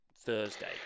Thursday